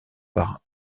par